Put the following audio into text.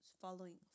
Following